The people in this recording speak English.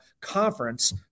conference